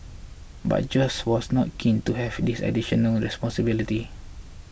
but Josh was not keen to have this additional responsibility